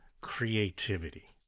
creativity